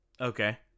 Okay